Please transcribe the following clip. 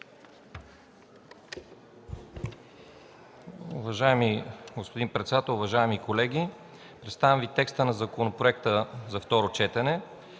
Уважаеми господин председател, уважаеми колеги! Представям Ви текста на законопроекта за второ четене: